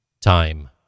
Time